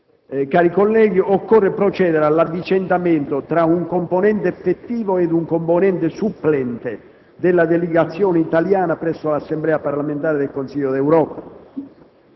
colleghi, occorre procedere all'avvicendamento tra un componente effettivo e un componente supplente della delegazione italiana presso l'Assemblea parlamentare del Consiglio d'Europa-UEO.